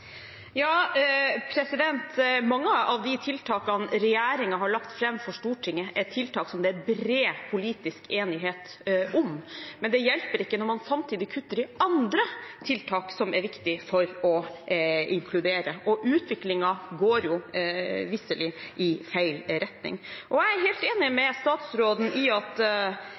Mange av de tiltakene regjeringen har lagt fram for Stortinget, er tiltak som det er bred politisk enighet om, men det hjelper ikke når man samtidig kutter i andre tiltak som er viktige for å inkludere, og utviklingen går visselig i feil retning. Jeg er helt enig med statsråden i at